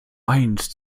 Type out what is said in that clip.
eins